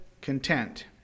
content